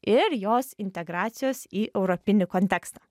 ir jos integracijos į europinį kontekstą